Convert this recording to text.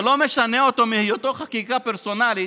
זה לא משנה את היותו חקיקה פרסונלית,